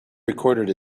recorded